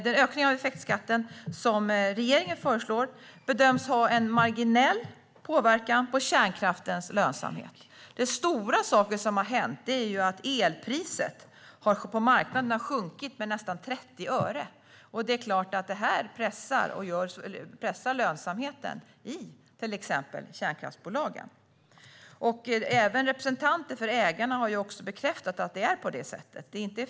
Den ökning av effektskatten som regeringen föreslår bedöms ha en marginell påverkan på kärnkraftens lönsamhet. Den stora sak som har hänt är ju att elpriset på marknaden har sjunkit med nästan 30 öre. Det är klart att det pressar lönsamheten i till exempel kärnkraftsbolagen. Även representanter för ägarna har bekräftat att det är på det sättet.